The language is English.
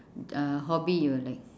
uh hobby you like